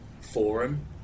forum